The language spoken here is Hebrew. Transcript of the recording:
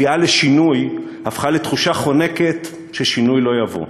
התביעה לשינוי הפכה לתחושה חונקת ששינוי לא יבוא.